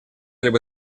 либо